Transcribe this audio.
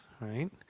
right